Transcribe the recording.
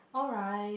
alright